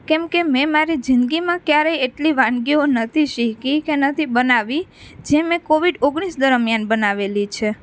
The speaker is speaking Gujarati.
કેમકે મેં મારી જિંદગીમાં ક્યારેય એટલી વાનગીઓ નથી શીખી કે નથી બનાવી જે મેં કોવિડ ઓગણીસ દરમ્યાન બનાવેલી છે